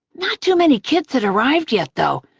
not too many kids had arrived yet, though,